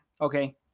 okay